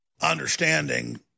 understanding